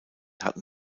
hatten